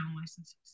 licenses